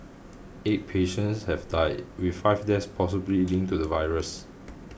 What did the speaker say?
eight patients have died with five deaths possibly linked to the virus